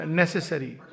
necessary